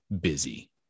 Busy